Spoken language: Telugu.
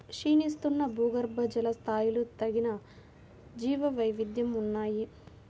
క్షీణిస్తున్న భూగర్భజల స్థాయిలు తగ్గిన జీవవైవిధ్యం ఉన్నాయి